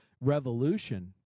revolution